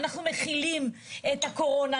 אנחנו מכילים את הקורונה,